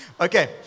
Okay